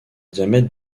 diamètre